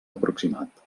aproximat